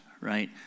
right